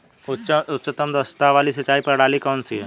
उच्चतम दक्षता वाली सिंचाई प्रणाली कौन सी है?